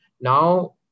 Now